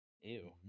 Ew